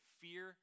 fear